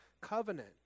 Covenant